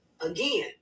again